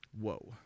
Whoa